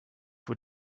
were